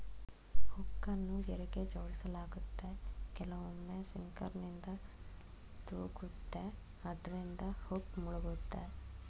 ಹುಕ್ಕನ್ನು ಗೆರೆಗೆ ಜೋಡಿಸಲಾಗುತ್ತೆ ಕೆಲವೊಮ್ಮೆ ಸಿಂಕರ್ನಿಂದ ತೂಗುತ್ತೆ ಅದ್ರಿಂದ ಹುಕ್ ಮುಳುಗುತ್ತೆ